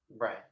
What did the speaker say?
right